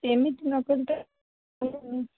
ଏମିତି